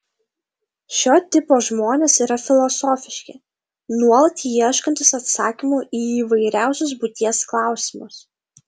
šio tipo žmonės yra filosofiški nuolat ieškantys atsakymų į įvairiausius būties klausimus